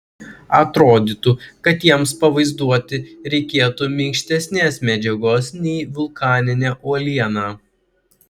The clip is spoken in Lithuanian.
atrodytų kad jiems pavaizduoti reikėtų minkštesnės medžiagos nei vulkaninė uoliena